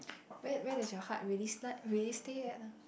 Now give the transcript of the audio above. where where does your heart really start really stay at lah